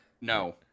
no